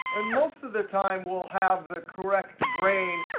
and most of the time, we'll have the correct grain.